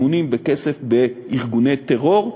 באימונים ובכסף בארגוני טרור.